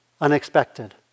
unexpected